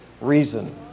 reason